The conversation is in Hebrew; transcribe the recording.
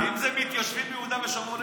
אם זה מתיישבים ביהודה ושומרון,